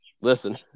listen